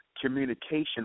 communication